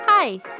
Hi